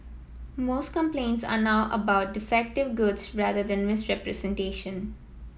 most complaints are now about defective goods rather than misrepresentation